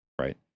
right